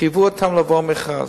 חייבו אותם לעבור מכרז.